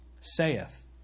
saith